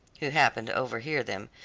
who happened to overhear them,